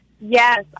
Yes